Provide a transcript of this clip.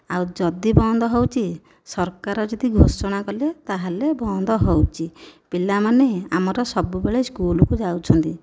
ଆଉ ଯଦି ବନ୍ଦ ହେଉଛି ସରକାର ଯଦି ଘୋଷଣା କଲେ ତାହେଲେ ବନ୍ଦ ହେଉଛି ପିଲା ମାନେ ଆମର ସବୁବେଳେ ସ୍କୁଲକୁ ଯାଉଛନ୍ତି